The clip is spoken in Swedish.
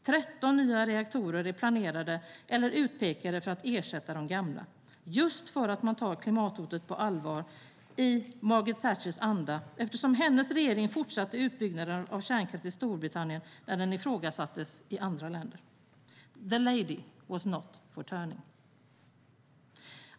13 nya reaktorer är planerande eller utpekade för att ersätta de gamla - just för att man tar klimathotet på allvar i Margaret Thatchers anda, eftersom hennes regering fortsatte utbyggnaden av kärnkraft i Storbritannien när den ifrågasattes i andra länder. The lady was not for turning!